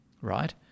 right